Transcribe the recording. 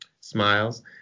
Smiles